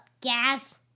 gas